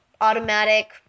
automatic